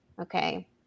Okay